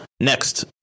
next